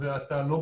זה לא המצב.